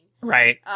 Right